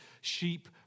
sheep